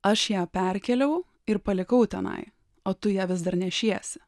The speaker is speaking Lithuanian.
aš ją perkėliau ir palikau tenai o tu ją vis dar nešiesi